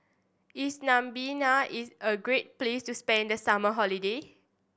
is Namibia is a great place to spend the summer holiday